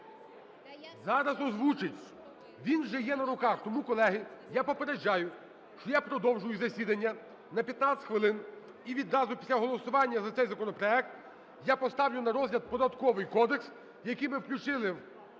Зараз озвучить! Він вже є на руках. Тому, колеги, я попереджаю, що я продовжую засідання на 15 хвилин, і відразу після голосування за цей законопроект я поставлю на розгляд Податковий кодекс, який ми включили у